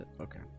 Okay